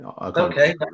okay